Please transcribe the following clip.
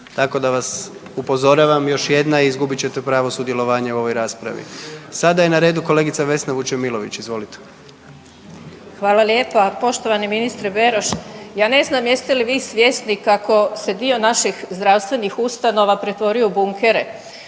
Tako da vas upozoravam, još jedna i izgubit ćete pravo sudjelovanja u ovoj raspravi. Sada je na redu kolegica Vesna Vučemilović, izvolite. **Vučemilović, Vesna (Hrvatski suverenisti)** Hvala lijepa. Poštovani ministre Beroš, ja ne znam jeste li vi svjesni kako se dio naših zdravstvenih ustanova pretvorio u bunkere?